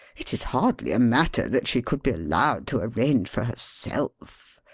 it is hardly a matter that she could be allowed to arrange for herself.